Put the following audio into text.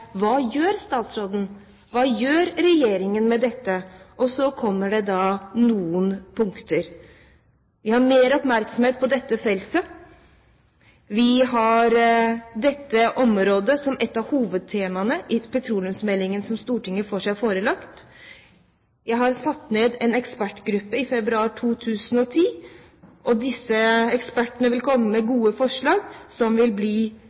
Hva gjør statsråden? Hva gjør regjeringen med dette? Så kom det noen punkter. Vi har mer oppmerksomhet på dette feltet. Vi har dette området som et av hovedtemaene i petroleumsmeldingen som Stortinget får seg forelagt. Jeg har satt ned en ekspertgruppe i februar 2010, og disse ekspertene vil komme med gode forslag som vil bli